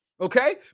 okay